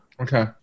Okay